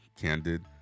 candid